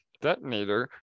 Detonator